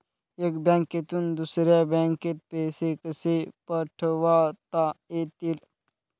एका बँकेतून दुसऱ्या बँकेत पैसे कसे पाठवता येतील?